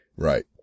right